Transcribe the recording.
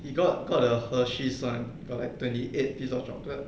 he got got a hershey's [one] like twenty eight piece of chocolate